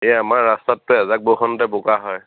এই আমাৰ ৰাস্তাতটো এজাক বৰষণতে বোকা হয়